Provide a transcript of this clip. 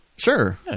Sure